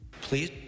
Please